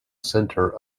center